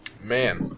Man